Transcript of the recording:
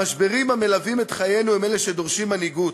המשברים המלווים את חיינו הם אלה שדורשים מנהיגות.